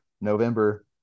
November